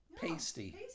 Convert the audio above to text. Pasty